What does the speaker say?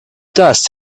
dust